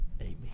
amen